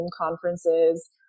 conferences